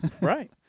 Right